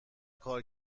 کار